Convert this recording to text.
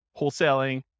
wholesaling